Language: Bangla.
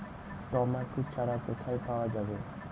টমেটো চারা কোথায় পাওয়া যাবে?